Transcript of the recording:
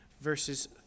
verses